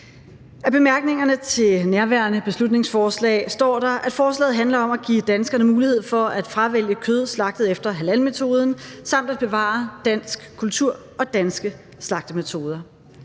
I bemærkningerne til nærværende beslutningsforslag står der, at forslaget handler om at give danskerne mulighed for at fravælge kød slagtet efter halalmetoden samt at bevare dansk kultur og danske slagtemetoder.